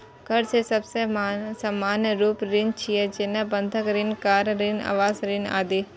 कर्ज के सबसं सामान्य रूप ऋण छियै, जेना बंधक ऋण, कार ऋण, आवास ऋण आदि